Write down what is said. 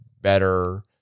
better –